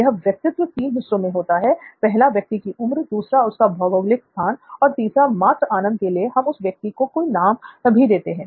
यह व्यक्तित्व तीन हिस्सों में होता है पहला व्यक्ति की उम्र दूसरा उस का भौगोलिक स्थान और तीसरा मात्र आनंद के लिए हम इस व्यक्ति को कोई नाम भी देते हैं